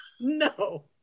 No